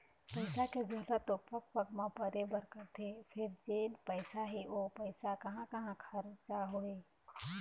पइसा के जरूरत तो पग पग म परबे करथे फेर जेन पइसा हे ओ पइसा कहाँ कहाँ खरचा होही